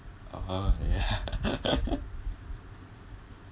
oh yeah